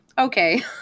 Okay